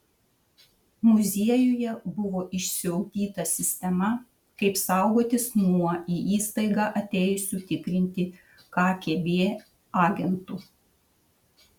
muziejuje buvo išsiugdyta sistema kaip saugotis nuo į įstaigą atėjusių tikrinti kgb agentų